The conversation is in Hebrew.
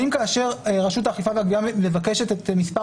האם כאשר רשות האכיפה והגבייה מבקשת את מספר